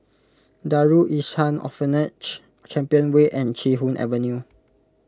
Darul Ihsan Orphanage Champion Way and Chee Hoon Avenue